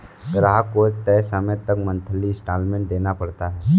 ग्राहक को एक तय समय तक मंथली इंस्टॉल्मेंट देना पड़ता है